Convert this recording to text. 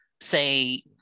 say